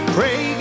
Pray